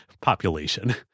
population